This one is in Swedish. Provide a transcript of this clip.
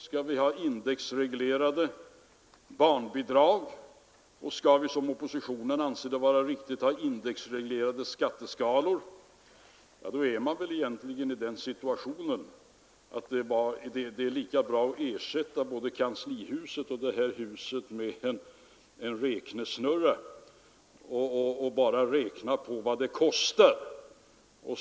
Skall vi nu ha indexreglerade barnbidrag och skall vi, som oppositionen anser vara riktigt, även ha indexreglerade skatteskalor, då är man egentligen i den situationen att det vore lika bra att ersätta både kanslihuset och detta hus med en räknesnurra som bara räknar ut vad det kostar.